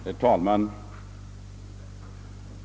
Herr talman!